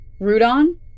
Rudon